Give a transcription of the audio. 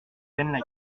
peine